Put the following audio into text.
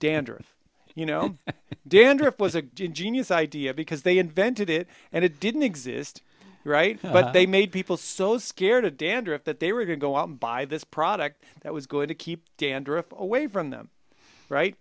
dandruff you know dandruff was a genius idea because they invented it and it didn't exist right but they made people so scared of dandruff that they were going to go out and buy this product that was going to keep dandruff away from them right